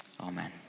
amen